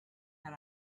had